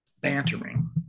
bantering